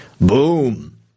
Boom